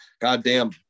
Goddamn